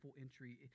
entry